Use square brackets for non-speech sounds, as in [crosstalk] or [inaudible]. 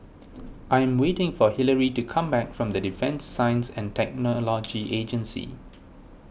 [noise] I am waiting for Hillery to come back from the Defence Science and Technology Agency